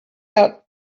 out